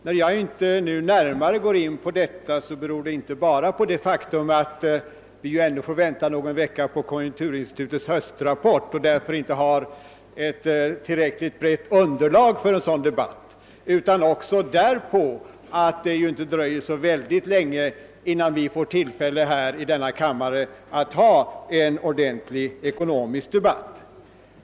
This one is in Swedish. När jag nu inte närmare går in på sådana saker beror det ej endast på det faktum, att vi ännu får vänta någon vecka på konjunkturinstitutets höstrapport och därför inte har ett tillräckligt brett underlag för en sådan debatt, utan också därpå att det inte dröjer så länge innan vi här i kammaren får tillfälle att föra en ordentlig ekonomisk debatt.